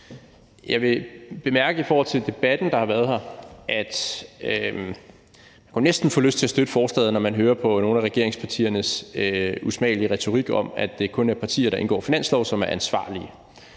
Jeg vil i forhold til den debat, der har været her, bemærke, at man næsten får lyst til at støtte forslaget, når man hører nogle af regeringspartiernes usmagelige retorik om, at det kun er partier, der indgår finanslov, som er ansvarlige.